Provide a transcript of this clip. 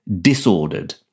disordered